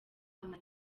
ama